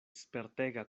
spertega